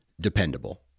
dependable